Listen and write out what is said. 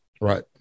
Right